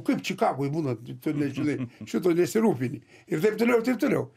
kaip čikagoj būna tu nežinai šito nesirūpini ir taip toliau ir taip toliau